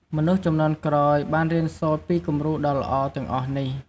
មនុស្សជំនាន់ក្រោយបានរៀនសូត្រពីគំរូដ៏ល្អទាំងអស់នេះ។